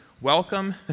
welcome